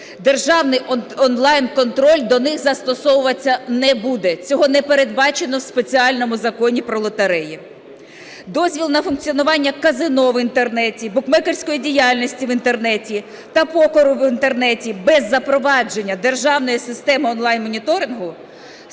Державний онлайн-контроль до них застосовуватися не буде, цього не передбачено у спеціальному Законі про лотереї. Дозвіл на функціонування казино в Інтернеті, букмекерської діяльності в Інтернеті та покору в Інтернеті без запровадження державної системи онлайн-моніторингу